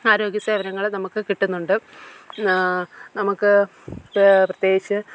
ആരോഗ്യ സേവനങ്ങൾ നമുക്ക് കിട്ടുന്നുണ്ട് നമുക്ക് പ്രത്യേകിച്ച്